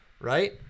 Right